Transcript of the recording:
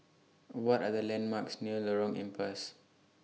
What Are The landmarks near Lorong Ampas